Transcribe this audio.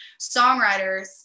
songwriters